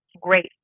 great